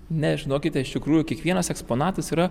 ne žinokite iš tikrųjų kiekvienas eksponatas yra